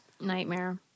Nightmare